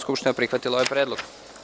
skupština prihvatila ovaj predlog.